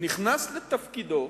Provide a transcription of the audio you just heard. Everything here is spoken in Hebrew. נכנס לתפקידו